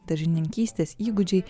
daržininkystės įgūdžiai